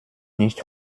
nicht